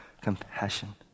compassion